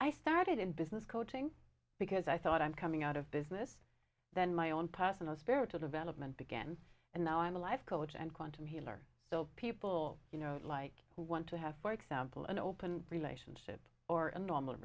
i started in business coaching because i thought i'm coming out of business then my own personal spiritual development began and now i'm a life coach and quantum healer people you know like i want to have for example an open relationship or a normal